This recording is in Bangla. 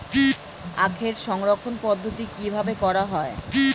আখের সংরক্ষণ পদ্ধতি কিভাবে করা হয়?